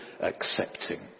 accepting